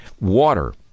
Water